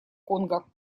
конго